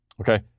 Okay